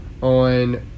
on